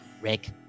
rick